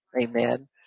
Amen